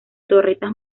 torretas